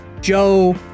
Joe